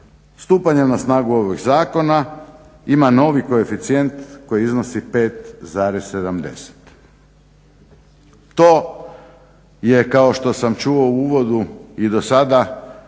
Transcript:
stupanjem na snagu ovog zakona ima novi koeficijent koji iznosi 5,70. To je kao što sam čuo u uvodu i do sada